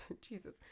Jesus